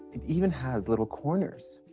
it even has little corners.